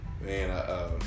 man